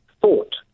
thought